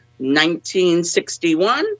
1961